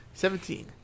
Seventeen